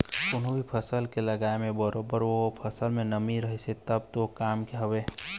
कोनो भी फसल के लगाय म बरोबर ओ फसल म नमी रहय तब तो काम के हवय